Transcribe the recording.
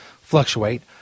fluctuate